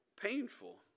painful